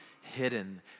hidden